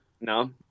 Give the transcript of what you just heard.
No